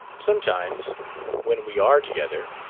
sometimes when we are together.